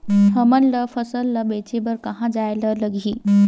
हमन ला फसल ला बेचे बर कहां जाये ला लगही?